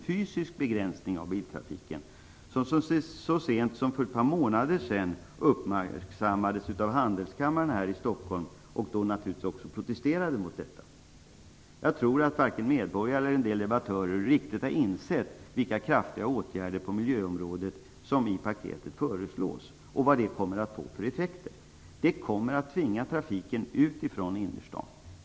Detta uppmärksammades så sent som för ett par månader sedan av Handelskammaren i Stockholm, som då naturligtvis också protesterade mot förslaget. Jag tror att varken medborgare eller en del debattörer riktigt har insett hur kraftiga de åtgärder på miljöområdet som föreslås i paketet är, och vilka effekterna kommer att bli. Trafiken kommer att tvingas ut ifrån innerstaden.